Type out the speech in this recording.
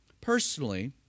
Personally